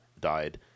died